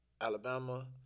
Alabama